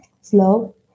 slow